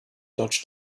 dodged